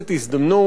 הזדמנות